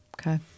Okay